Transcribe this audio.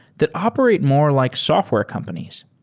that operate more like software companies.